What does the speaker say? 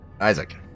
Isaac